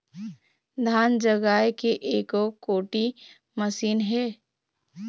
धान जगाए के एको कोठी मशीन हे?